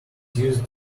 used